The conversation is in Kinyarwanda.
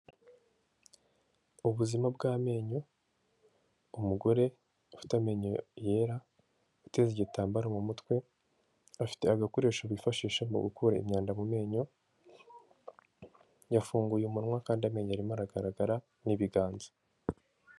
Ubuzima bw'amenyo, umugore ufite amenyo yera uteze igitambaro mu mutwe, afite agakoresho bifashisha mu gukura imyanda mu menyo, yafunguye umunwa kandi amenyo arimo aragaragara n'ibiganza.